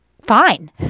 Fine